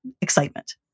excitement